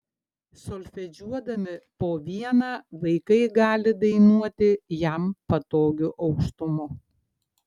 solfedžiuodami po vieną vaikai gali dainuoti jam patogiu aukštumu